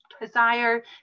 desire